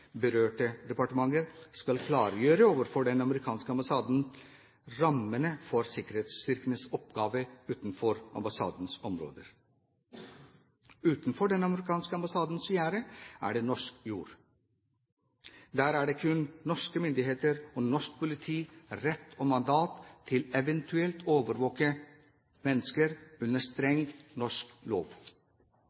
berørte departementer skal klargjøre overfor den amerikanske ambassaden rammene for sikkerhetsstyrkenes oppgaver utenfor ambassadens områder. Utenfor den amerikanske ambassadens gjerde er det norsk jord. Der har kun norske myndigheter og norsk politi rett og mandat til eventuelt å overvåke mennesker – under streng norsk lov.